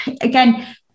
again